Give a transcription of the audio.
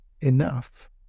enough